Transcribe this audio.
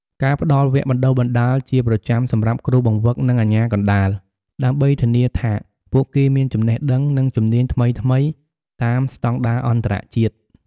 ការផ្តល់វគ្គបណ្តុះបណ្តាលជាប្រចាំសម្រាប់គ្រូបង្វឹក និងអាជ្ញាកណ្តាល ដើម្បីធានាថាពួកគេមានចំណេះដឹង និងជំនាញថ្មីៗតាមស្តង់ដារអន្តរជាតិ។